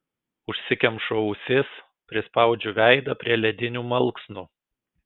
užsikemšu ausis prispaudžiu veidą prie ledinių malksnų